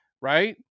Right